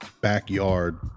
backyard